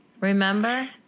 remember